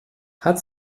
hat